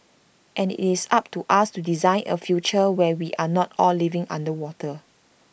and IT is up to us to design A future where we are not all living underwater